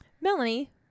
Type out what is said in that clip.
Melanie